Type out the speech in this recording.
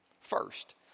first